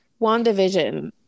Wandavision